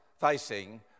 facing